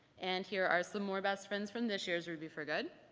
and here are some more best friends from this year's ruby for good.